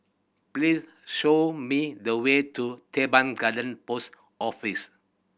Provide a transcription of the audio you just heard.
please show me the way to Teban Garden Post Office